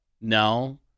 No